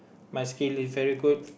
my skill is very good